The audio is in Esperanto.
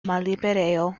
malliberejo